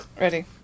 Ready